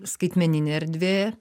skaitmeninė erdvė